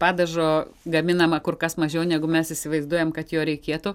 padažo gaminama kur kas mažiau negu mes įsivaizduojam kad jo reikėtų